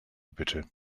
bitte